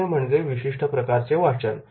तिसरे म्हणजे विशिष्ट प्रकारचे वाचन